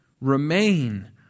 Remain